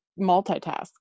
multitask